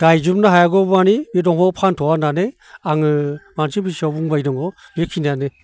गायजोबनो हायागौमानि बे दंफांखौ फानथ'वा होननानै आङो मानसिफोरनि सिगाङाव बुंबाय दङ बेखिनिआनो